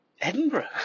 Edinburgh